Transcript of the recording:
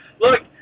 Look